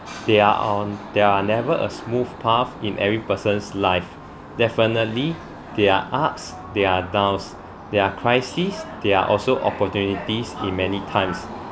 there are on there are never a smooth paths in every person's life definitely there are ups there are downs there are crisis there are also opportunities in many times